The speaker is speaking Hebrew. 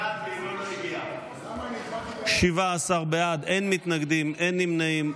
17 בעד, אין מתנגדים, אין נמנעים.